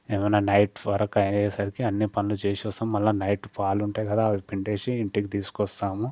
ఎమన్నా నైట్ ఫరక్ అయ్యే సరికి అన్ని పనులు చేసి వస్తాం మళ్ళా నైట్ పాలు ఉంటాయి కదా అవి పిండేసి ఇంటికి తీసుకు వస్తాము